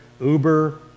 uber